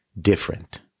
different